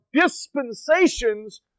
dispensations